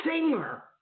singer